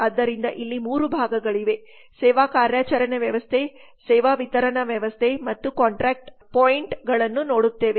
ಆದ್ದರಿಂದ ಇಲ್ಲಿ 3 ಭಾಗಗಳಿವೆ ಸೇವಾ ಕಾರ್ಯಾಚರಣೆ ವ್ಯವಸ್ಥೆ ಸೇವಾ ವಿತರಣಾ ವ್ಯವಸ್ಥೆ ಮತ್ತು ಇತರ ಕಾಂಟ್ರಾಕ್ಟ್ ಪಾಯಿಂಟ್ಗಳನ್ನು ನೋಡುತ್ತೇವೆ